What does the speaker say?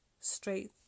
straight